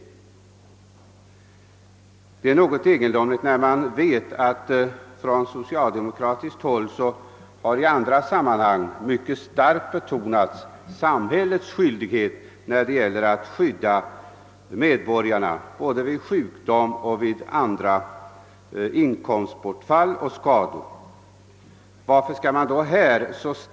Detta är mycket egendomligt när man vet att i andra sammanhang från socialdemokratiskt håll kraftigt har betonats samhällets skyldighet att skydda medborgarna både vid sjukdom och andra inkomstbortfall och vid skador av olika slag.